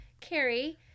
Carrie